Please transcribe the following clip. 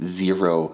zero